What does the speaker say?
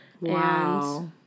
Wow